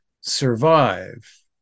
survive